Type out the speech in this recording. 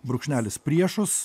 brūkšnelis priešus